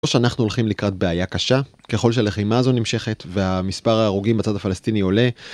או שאנחנו הולכים לקראת בעיה קשה ככל שלחימה זו נמשכת והמספר ההרוגים בצד הפלסטיני עולה.